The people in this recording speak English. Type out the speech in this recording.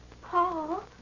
Paul